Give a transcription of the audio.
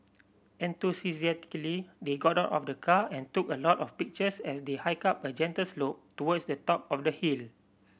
enthusiastically they got out of the car and took a lot of pictures as they hiked up a gentle slope towards the top of the hill